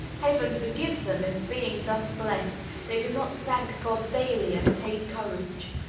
heaven forgive them if, being thus blessed, they do not thank god daily and take courage.